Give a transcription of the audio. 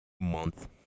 month